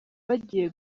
bagiye